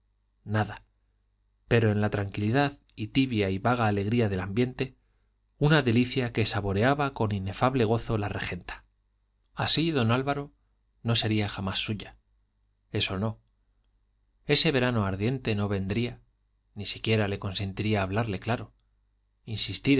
nada pero en la tranquilidad y tibia y vaga alegría del ambiente una delicia que saboreaba con inefable gozo la regenta así don álvaro no sería jamás suya eso no ese verano ardiente no vendría ni siquiera le consentiría hablarle claro insistir